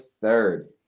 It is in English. third